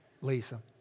Lisa